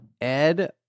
Ed